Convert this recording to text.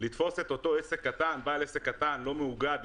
לתפוס את בעל העסק הקטן הלא מאוגד,